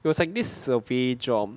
it was like this survey job